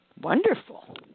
Wonderful